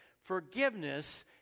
Forgiveness